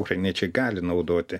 ukrainiečiai gali naudoti